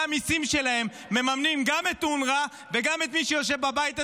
המיסים שלהם מממנים גם את אונר"א וגם את מי שיושב בבית הזה,